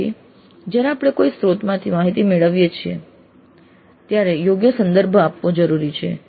તેથી જ્યારે આપણે કોઈ સ્ત્રોતમાંથી માહિતી મેળવીએ છીએ ત્યારે યોગ્ય સંદર્ભ આપવો જરૂરી છે